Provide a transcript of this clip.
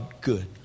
good